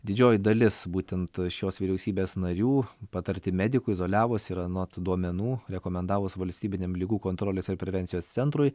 didžioji dalis būtent šios vyriausybės narių patarti medikų izoliavosi ir anot duomenų rekomendavus valstybiniam ligų kontrolės ir prevencijos centrui